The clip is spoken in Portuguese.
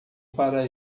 para